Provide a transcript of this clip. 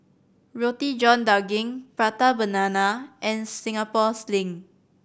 Roti John Daging Prata Banana and Singapore Sling